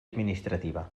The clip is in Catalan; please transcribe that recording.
administrativa